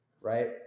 right